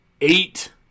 eight